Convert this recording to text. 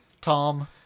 Tom